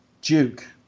Duke